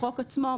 בחוק עצמו,